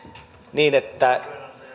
niin että